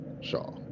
Shaw